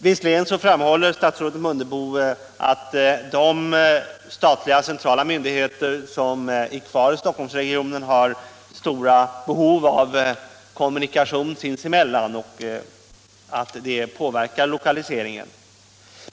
Visserligen framhåller statsrådet Mundebo att de statliga och centrala myndigheter som är kvar i Stockholmsregionen har stora behov av kommunikation sinsemellan och att det påverkar lokaliseringen.